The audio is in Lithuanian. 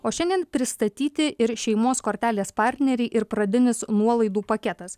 o šiandien pristatyti ir šeimos kortelės partneriai ir pradinis nuolaidų paketas